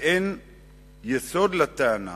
ואין יסוד לטענה